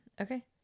okay